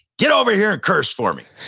get over here and curse for me!